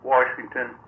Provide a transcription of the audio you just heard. Washington